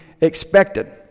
expected